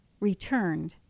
returned